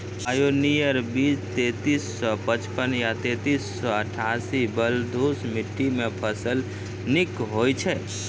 Pioneer बीज तेंतीस सौ पचपन या तेंतीस सौ अट्ठासी बलधुस मिट्टी मे फसल निक होई छै?